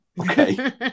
okay